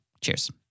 Cheers